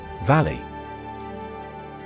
Valley